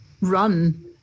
run